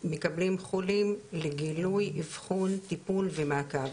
מקבלים חולים לגילוי, אבחון, טיפול ומעקב.